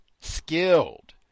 skilled